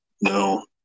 No